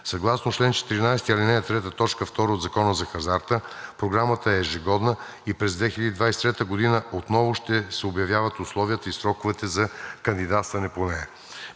Съгласно чл. 14, ал. 3, т. 2 от Закона за хазарта Програмата е ежегодна и през 2023 г. отново ще се обявяват условията и сроковете за кандидатстване по нея.